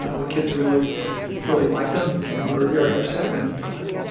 ah the kids really really liked him. and they were very upset when he died.